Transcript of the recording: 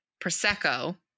Prosecco